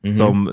som